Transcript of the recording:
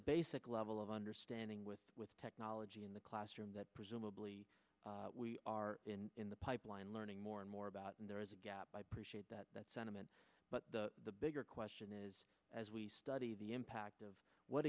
basic level of understanding with with technology in the classroom that presumably we are in the pipeline learning more and more about and there is a gap by pre shared that that sentiment but the bigger question is as we study the impact of what